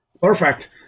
Perfect